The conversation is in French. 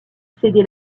cédé